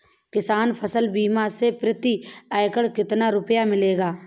किसान फसल बीमा से प्रति एकड़ कितना रुपया मिलेगा?